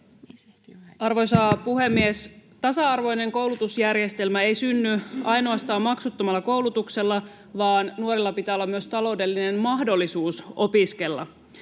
Arvoisa puhemies! Tasa-arvoinen koulutusjärjestelmä ei synny ainoastaan maksuttomalla koulutuksella, vaan nuorilla pitää olla myös taloudellinen mahdollisuus opiskella.